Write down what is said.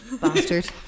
Bastard